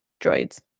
droids